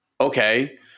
okay